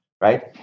right